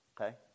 Okay